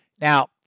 Now